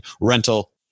Rental